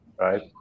right